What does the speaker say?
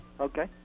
Okay